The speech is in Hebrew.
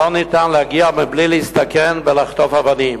ואי-אפשר להגיע בלי להסתכן ולחטוף אבנים.